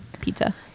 pizza